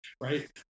right